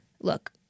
Look